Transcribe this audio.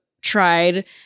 tried